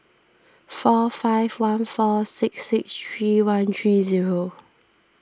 four five one four six six three one three zero